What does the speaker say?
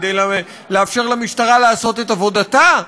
כדי לאפשר למשטרה לעשות את עבודתה.